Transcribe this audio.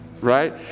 right